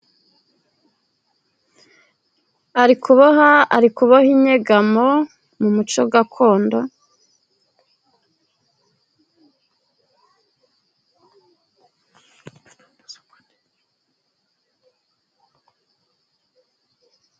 Ari kuboha， ari kuboha inyegamo， mu muco gakondo...